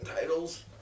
titles